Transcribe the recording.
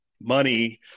money